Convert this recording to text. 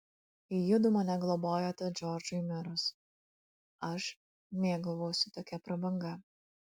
judu mane globojote džordžui mirus aš mėgavausi tokia prabanga